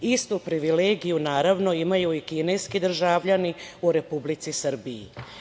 Istu privilegiju, naravno, imaju i kineski državljani u Republici Srbiji.